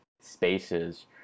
spaces